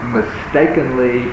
mistakenly